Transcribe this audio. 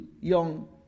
young